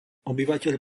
obyvateľ